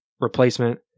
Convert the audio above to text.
replacement